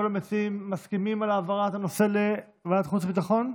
כל המציעים מסכימים על העברת הנושא לוועדת חוץ וביטחון?